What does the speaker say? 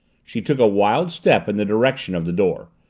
she took a wild step in the direction of the door.